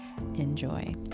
Enjoy